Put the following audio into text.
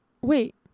Wait